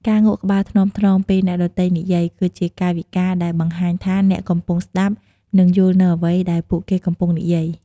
ការងក់ក្បាលថ្នមៗពេលអ្នកដទៃនិយាយ គឺជាកាយវិការដែលបង្ហាញថាអ្នកកំពុងស្តាប់ និងយល់នូវអ្វីដែលពួកគេកំពុងនិយាយ។